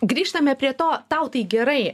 grįžtame prie to tau tai gerai